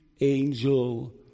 angel